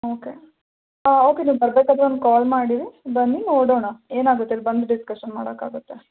okay ಹಾಂ okay ನೀವು ಬರಬೇಕಾದ್ರೆ ಒಂದು ಕಾಲ್ ಮಾಡಿ ಬನ್ನಿ ನೋಡೋಣ ಏನಾಗುತ್ತೆ ಇಲ್ಲಿ ಬಂದು ಡಿಸ್ಕಷನ್ ಮಾಡೋಕ್ಕಾಗುತ್ತೆ